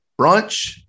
brunch